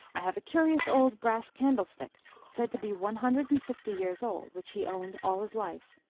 i have a curious old brass candlestick, said to be one hundred and fifty years old, which he owned all his life.